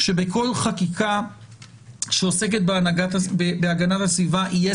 שבכל חקיקה שעוסקת בהגנת הסביבה יהיה